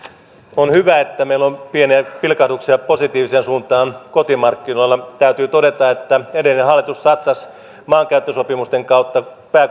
on hyvä että meillä on pieniä pilkahduksia positiiviseen suuntaan kotimarkkinoilla täytyy todeta että edellinen hallitus satsasi maankäyttösopimusten kautta